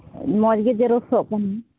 ᱢᱚᱡᱽ ᱜᱮ ᱡᱮᱨᱚᱠᱥᱚᱜ ᱛᱟᱢᱟ